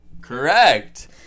Correct